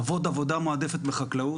לעבוד עבודה מועדפת בחקלאות,